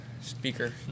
speaker